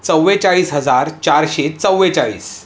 चव्वेचाळीस हजार चारशे चव्वेचाळीस